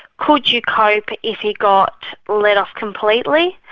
could you cope if he got let off completely?